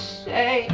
say